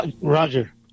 Roger